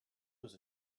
was